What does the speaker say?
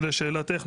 לשאלתך,